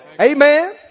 Amen